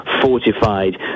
fortified